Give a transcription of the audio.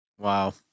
Wow